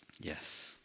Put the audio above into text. Yes